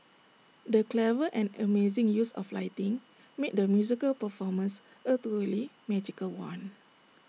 the clever and amazing use of lighting made the musical performance A truly magical one